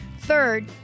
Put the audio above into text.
Third